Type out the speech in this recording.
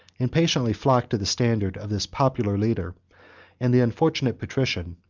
impatiently flocked to the standard of this popular leader and the unfortunate patrician,